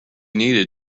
needed